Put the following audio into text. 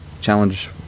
Challenge